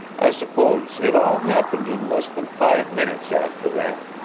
i suppose it all happened in less than five minutes after that,